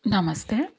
ನಮಸ್ತೆ